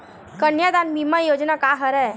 कन्यादान बीमा योजना का हरय?